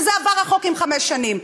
ועבר החוק עם חמש שנים.